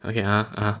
okay (uh huh) (uh huh)